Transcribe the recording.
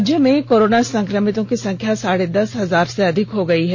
राज्य में कोरोना संकमितों की संख्या साढ़े दस हजार से अधिक हो गयी है